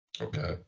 Okay